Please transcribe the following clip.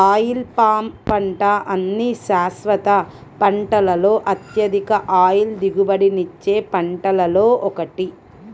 oil palm పంట అన్ని శాశ్వత పంటలలో అత్యధిక ఆయిల్ దిగుబడినిచ్చే పంటలలో ఒకటి